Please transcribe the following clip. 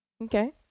Okay